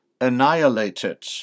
annihilated